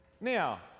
Now